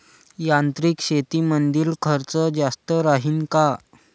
यांत्रिक शेतीमंदील खर्च जास्त राहीन का?